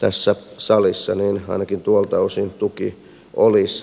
tässä salissa niin ainakin tuolta osin tuki olisi rikkumaton